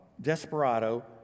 Desperado